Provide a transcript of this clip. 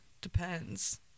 Depends